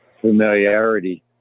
familiarity